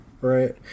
right